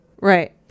Right